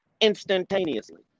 instantaneously